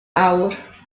awr